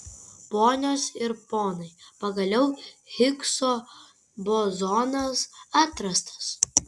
ponios ir ponai pagaliau higso bozonas atrastas